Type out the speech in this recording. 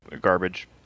garbage